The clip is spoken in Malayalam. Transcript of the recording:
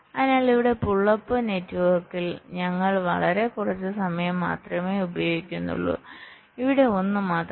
അതിനാൽ ഇവിടെ പുൾ അപ്പ് നെറ്റ്വർക്കിൽ ഞങ്ങൾ വളരെ കുറച്ച് സമയം മാത്രമേ ഉപയോഗിക്കുന്നുള്ളൂ ഇവിടെ ഒന്ന് മാത്രം